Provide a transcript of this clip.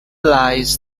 lies